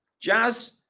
Jazz